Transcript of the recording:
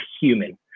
human